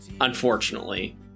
unfortunately